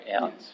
out